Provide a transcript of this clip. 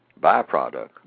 byproduct